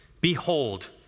Behold